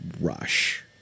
rush